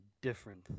different